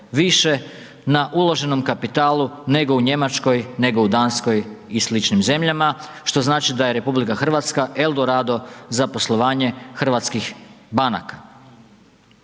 više na uloženom kapitalu nego u Njemačkoj, nego u Danskoj i sličnim zemljama što znači da je RH Eldorado za poslovanje hrvatskih banaka.